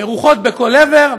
מרוחות בכל עבר,